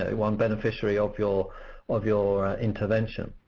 ah one beneficiary of your of your intervention.